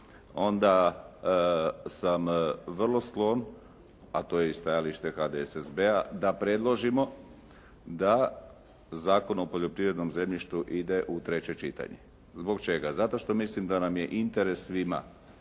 onda sam vrlo sklon a to je i stajalište HDSSB-a da Zakon o poljoprivrednom zemljištu ide u treće čitanje. Zbog čega? Zato što mislim da nam je interes svima